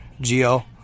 Geo